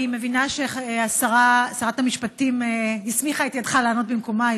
אני מבינה ששרת המשפטים הסמיכה את ידך לענות במקומה,